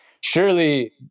surely